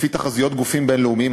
לפי תחזיות בגופים בין-לאומיים,